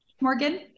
Morgan